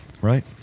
Right